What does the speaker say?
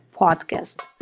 podcast